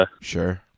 Sure